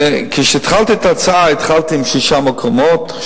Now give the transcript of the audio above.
התחלתי עם שישה מקומות.